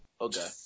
Okay